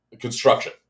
construction